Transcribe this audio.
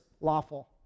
lawful